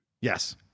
yes